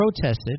protested